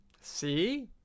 See